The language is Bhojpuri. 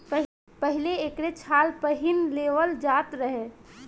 पहिले एकरे छाल पहिन लेवल जात रहे